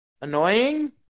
annoying